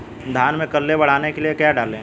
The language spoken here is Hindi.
धान में कल्ले बढ़ाने के लिए क्या डालें?